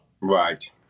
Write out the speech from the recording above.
right